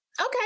okay